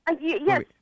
Yes